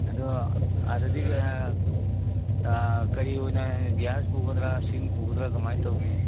ꯑꯗꯣ ꯑꯥꯗꯗꯤ ꯀꯔꯤ ꯑꯣꯏꯅ ꯒ꯭ꯋꯥꯗ ꯄꯨꯒꯗ꯭ꯔ ꯁꯤꯡ ꯄꯨꯒꯗ꯭ꯔ ꯀꯃꯥꯏ ꯇꯧꯅꯤ